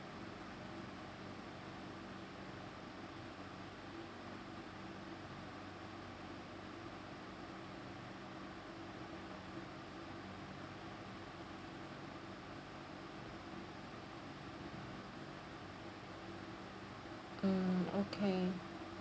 mm okay